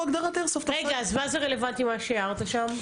רגע, אז מה זה רלוונטי, מה שהערת שם?